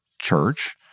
church